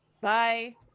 Bye